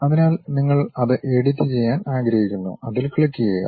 അതിനാൽ നിങ്ങൾ അത് എഡിറ്റുചെയ്യാൻ ആഗ്രഹിക്കുന്നു അതിൽ ക്ലിക്കുചെയ്യുക